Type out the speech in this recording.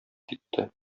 китте